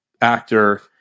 actor